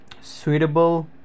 suitable